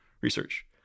research